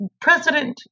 President